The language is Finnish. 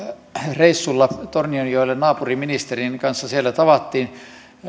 reissulla tornionjoella opin naapurin ministerin kanssa siellä tavattiin